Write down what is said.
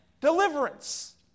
Deliverance